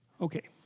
okay